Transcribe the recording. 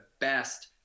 best